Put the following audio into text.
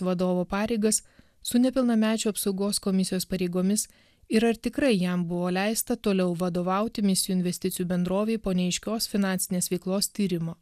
vadovo pareigas su nepilnamečių apsaugos komisijos pareigomis ir ar tikrai jam buvo leista toliau vadovauti misijų investicijų bendrovei po neaiškios finansinės veiklos tyrimo